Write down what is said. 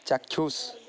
ଚାକ୍ଷୁଷ